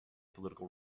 political